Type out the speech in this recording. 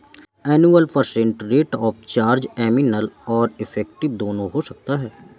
annual percent rate of charge nominal और effective दोनों हो सकता है